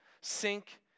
sink